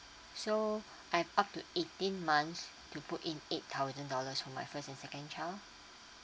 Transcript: so I up tp eighteen months to put in eight thousand dollars for my first and second child